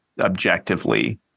objectively